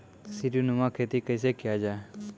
सीडीनुमा खेती कैसे किया जाय?